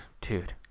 dude